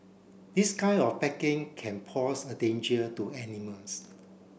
this kind of packing can pose a danger to animals